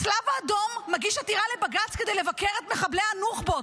הצלב האדום מגיש עתירה לבג"ץ כדי לבקר את מחבלי הנוח'בות,